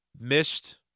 missed